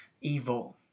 evil